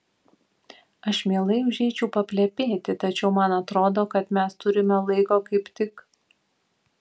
aš mielai užeičiau paplepėti tačiau man atrodo kad mes turime laiko kaip tik